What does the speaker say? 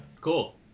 Cool